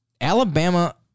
Alabama